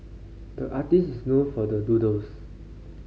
the artist is known for the doodles